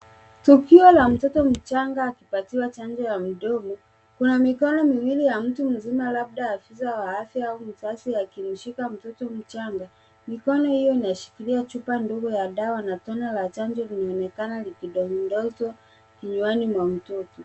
Tukio la mtoto mchanga akipatiwa chanjo ya mdomo, kuna mikono miwili ya mtu mzima labda afisa wa afya au mzazi akimshika mtoto mchanga. Mikono hiyo imeshikilia chupa ndogo ya dawa na tone la chanjo linaonekana likidondoshwa kinywani mwa mtoto.